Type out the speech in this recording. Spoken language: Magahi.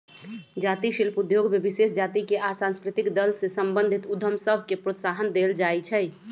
जाती शिल्प उद्योग में विशेष जातिके आ सांस्कृतिक दल से संबंधित उद्यम सभके प्रोत्साहन देल जाइ छइ